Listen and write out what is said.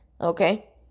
Okay